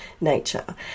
nature